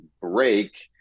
break